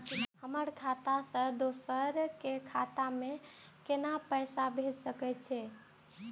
हमर खाता से दोसर के खाता में केना पैसा भेज सके छे?